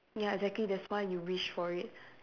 ya exactly that's why you wish for it